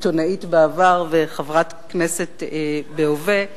עיתונאית בעבר וחברת כנסת בהווה,